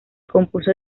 compuso